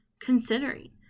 considering